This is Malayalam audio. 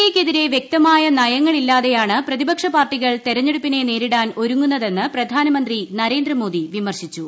എയ്ക്കെതിരെ വൃക്തമായ നയങ്ങളില്ലാതെയാണ് പ്രതിപക്ഷ പാർട്ടികൾ തെരഞ്ഞെടുപ്പിനെ നേരിടാൻ ഒരുങ്ങുന്നതെന്ന് പ്രധാനമന്ത്രി നരേന്ദ്രമോദി വിമർശിച്ചു